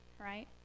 right